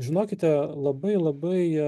žinokite labai labai